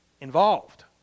involved